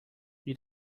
you